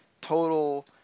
total